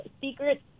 secret